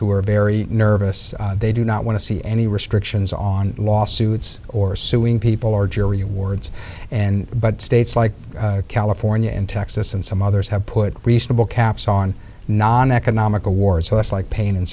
who are very nervous they do not want to see any restrictions on lawsuits or suing people or jury awards and but states like california and texas and some others have put recent book caps on non economic awards so it's like pain and